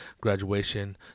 graduation